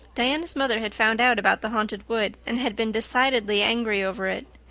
diana's mother had found out about the haunted wood and had been decidedly angry over it.